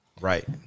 right